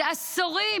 זה עשורים,